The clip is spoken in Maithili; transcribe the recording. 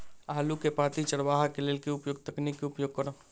आलु केँ पांति चरावह केँ लेल केँ तकनीक केँ उपयोग करऽ?